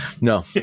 No